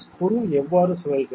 screw எவ்வாறு சுழல்கிறது